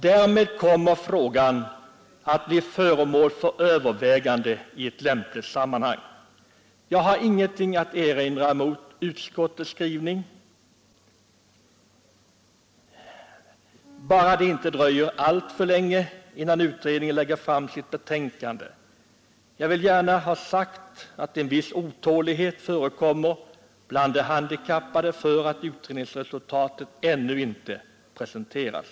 Därmed kommer denna fråga under övervägande i ett lämpligt sammanhang.” Jag har ingenting att erinra mot utskottets skrivning, bara det inte dröjer alltför länge innan utredningen lägger fram sitt betänkande. Jag vill gärna ha sagt att en viss otålighet förekommer bland de handikappade på grund av att utredningsresultatet ännu inte presenterats.